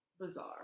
bizarre